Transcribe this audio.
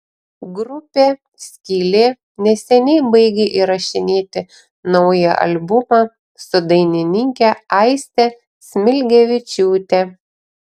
grupė skylė neseniai baigė įrašinėti naują albumą su dainininke aiste smilgevičiūte